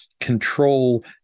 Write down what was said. control